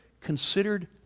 considered